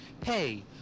pay